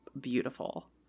beautiful